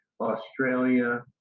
Australia